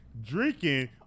Drinking